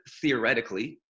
theoretically